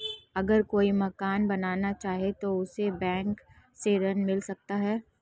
अगर कोई मकान बनाना चाहे तो उसे बैंक से ऋण मिल सकता है?